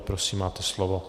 Prosím, máte slovo.